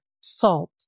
salt